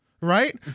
right